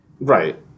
Right